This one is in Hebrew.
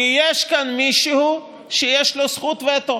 כי יש כאן מישהו שיש לו זכות וטו